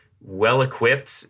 well-equipped